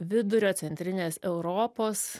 vidurio centrinės europos